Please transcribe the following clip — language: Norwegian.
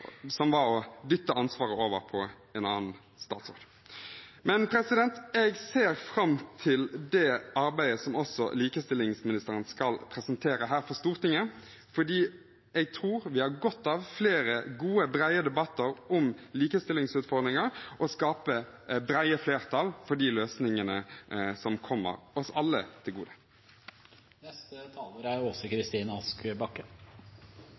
ansvaret over på en annen statsråd. Jeg ser fram til det arbeidet likestillingsministeren skal presentere her for Stortinget, for jeg tror vi har godt av flere gode, brede debatter om likestillingsutfordringer og å skape brede flertall for de løsningene som kommer oss alle til